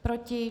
Proti?